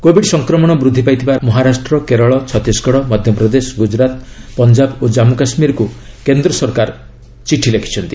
covid ସଂକ୍ରମଣ ବୃଦ୍ଧି ପାଇଥିବା ମହାରାଷ୍ଟ୍ର କେରଳ ଛତିଶଗଡ଼ ମଧ୍ୟପ୍ରଦେଶ ଗୁଜରାତ ପଞ୍ଜାବ ଓ କାଶ୍ମୁ କାଶ୍ମୀରକୁ କେନ୍ଦ୍ର ସରକାର ଚିଠି ଲେଖିଛନ୍ତି